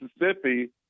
Mississippi